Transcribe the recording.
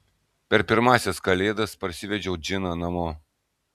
per pirmąsias kalėdas parsivedžiau džiną namo